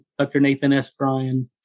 drnathansbryan